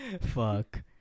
Fuck